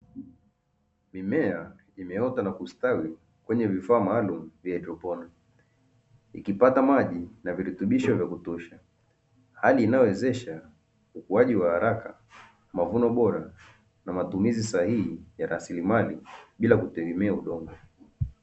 Mimea imeota na kustawi kwenye vifaa maalumu vya haidroponi ikipata maji na virutubisho vya kutosha, hali inayowezesha ukuaji wa haraka, mavuno bora, na matumizi sahihi ya rasilimali bila kutegemea udongo.